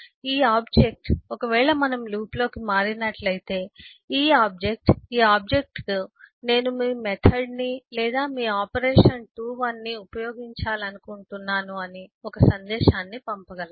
ఈ ఆబ్జెక్ట్ ఒకవేళ మనము లూప్లోకి మారినట్లయితే ఈ ఆబ్జెక్ట్ ఈ ఆబ్జెక్ట్ కు నేను మీ మెథడ్ ని లేదా మీ ఆపరేషన్ 21 ను ఉపయోగించాలనుకుంటున్నాను అని ఒక సందేశాన్ని పంపగలదు